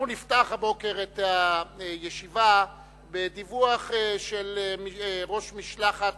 אנחנו נפתח הבוקר את הישיבה בדיווח של ראש משלחת